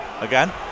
Again